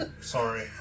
sorry